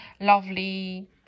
lovely